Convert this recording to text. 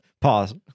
Pause